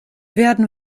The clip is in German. werden